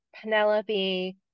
Penelope